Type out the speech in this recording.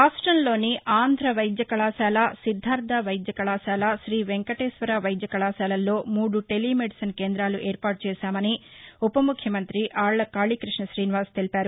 రాష్టంలోని ఆంధ్ర వైద్య కళాశాల సిద్దార్ద వైద్య కళాశాల తీ వెంకటేశ్వర వైద్య కళాశాలల్లో మూడు టెలిమెడిసిన్ కేంద్రాలు ఏర్పాటు చేశామని ఉపముఖ్యమంత్రి ఆళ్ల కాళీకృష్ణ ఠీనివాస్ తెలిపారు